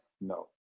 No